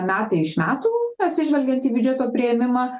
metai iš metų atsižvelgiant į biudžeto priėmimą